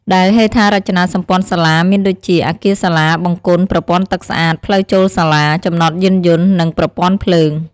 ដែលហេដ្ឋារចនាសម្ព័ន្ធសាលា មានដូចជា អាគារសាលា បង្គន់ ប្រព័ន្ធទឹកស្អាត ផ្លូវចូលសាលា ចំណតយានយន្ត និង ប្រព័ន្ធភ្លើង។